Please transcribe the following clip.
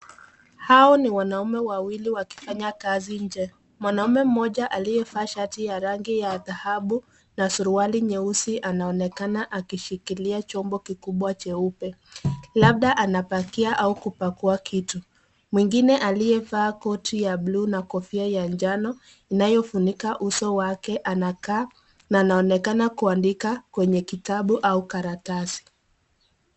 Hawa ni wanaume wawili wakifanya kazi nje. Mwanaume mmoja aliyevaa shati ya rangi ya dhahabu na suruali nyeuse anaoekane akishikilia chombo kikubwa cheupe. Labda anapakia au kupakua kitu. Mwingine aliyevaa koti ya[cs ]blue [cs ]na kofia ya njano, inayefunika uso wake, anakaa na anaonekana kuandika kwenye kitabu au karatasi.